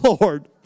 Lord